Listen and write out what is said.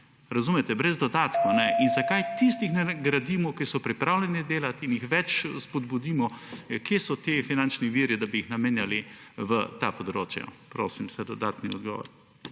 Razumete? Brez dodatkov. Zakaj ne nagradimo tistih, ki so pripravljeni delati, in jih bolj spodbudimo? Kje so ti finančni viri, da bi jih namenjali za ta področja? Prosim za dodatni odgovor.